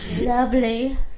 Lovely